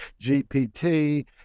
GPT